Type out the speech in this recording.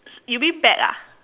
you mean bag ah